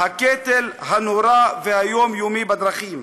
הקטל הנורא והיומיומי בדרכים.